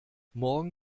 morgen